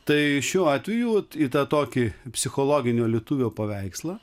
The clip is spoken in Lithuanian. tai šiuo atveju į tą tokį psichologinio lietuvio paveikslą